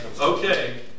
Okay